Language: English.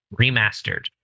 remastered